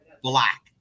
black